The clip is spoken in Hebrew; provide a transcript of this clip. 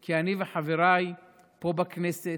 כי אני וחבריי פה בכנסת,